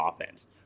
offense